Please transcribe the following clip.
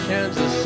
Kansas